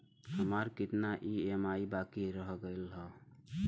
हमार कितना ई ई.एम.आई बाकी रह गइल हौ?